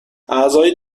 اعضای